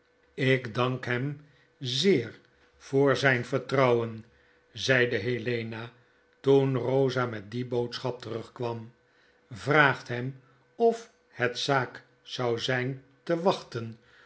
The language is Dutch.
ik dank hem zeer voor zyn vertrouwen zeide helena toen rosa met die boodschap terugkwam vraagt hem of het zaak zou zyn te wachten